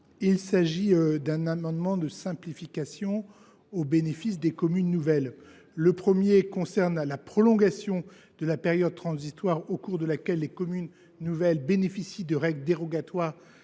Il s’agit d’un amendement de simplification au bénéfice des communes nouvelles, puisqu’il vise à prolonger la période transitoire au cours de laquelle ces communes bénéficient de règles dérogatoires